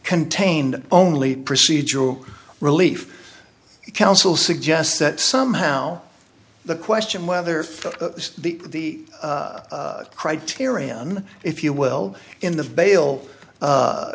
contained only procedural relief counsel suggests that somehow the question whether the criterion if you will in the bail